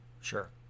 sure